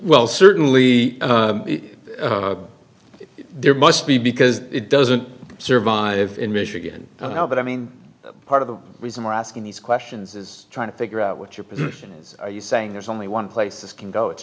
well certainly there must be because it doesn't survive in michigan but i mean part of the reason we're asking these questions is trying to figure out what your position is are you saying there's only one place this can go